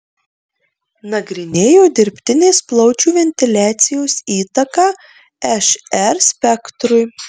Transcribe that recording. nagrinėjo dirbtinės plaučių ventiliacijos įtaką šr spektrui